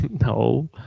No